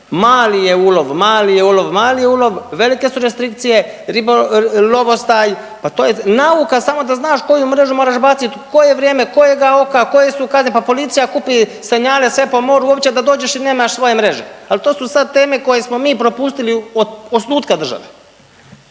mali je ulov, mali je ulov, mali je ulov, velike su restrikcije, .../nerazumljivo/... lovostaj, pa to je nauka samo da znaš koju mrežu moraš baciti u koje vrijeme, kojega oka, koje su kazne, pa policija kupi .../Govornik se ne razumije./... sve po moru uopće da dođeš i nemaš svoje mreže, ali to su sad teme koje smo mi propustili od osnutka države.